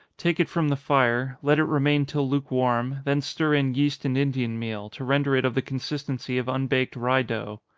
take it from the fire, let it remain till lukewarm, then stir in yeast and indian meal, to render it of the consistency of unbaked rye dough.